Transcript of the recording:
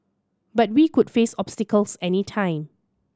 but we could face obstacles any time